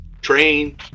train